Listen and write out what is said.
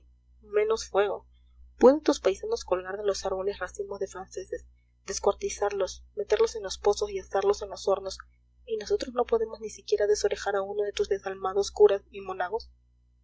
menos fuego pueden tus paisanos colgar de los árboles racimos de franceses descuartizarlos meterlos en los pozos y asarlos en los hornos y nosotros no podemos ni siquiera desorejar a uno de tus desalmados curas